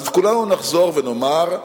אז כולנו נחזור ונדבר,